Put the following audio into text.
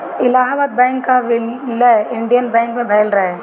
Allahabad bank कअ विलय Indian bank मे भयल रहे